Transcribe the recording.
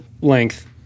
length